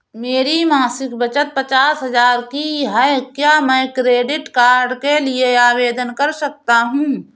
मेरी मासिक बचत पचास हजार की है क्या मैं क्रेडिट कार्ड के लिए आवेदन कर सकता हूँ?